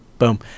Boom